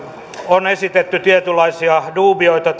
on esitetty tietynlaisia duubioita